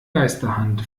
geisterhand